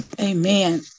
Amen